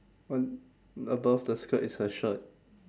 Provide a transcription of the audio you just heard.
one above the skirt is her shirt